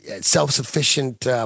self-sufficient